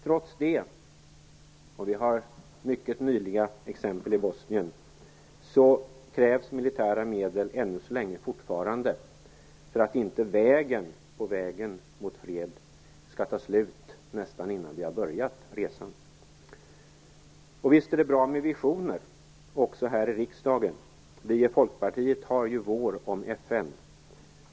Trots det - och vi har mycket färska exempel i Bosnien - krävs militära medel än så länge fortfarande för att inte vägen mot fred skall ta slut innan vi ens har börjat resan. Visst är det bra med visioner, också här i riksdagen. Vi i Folkpartiet har vår om FN.